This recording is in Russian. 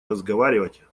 разговаривать